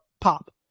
Pop